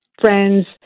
friend's